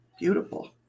Beautiful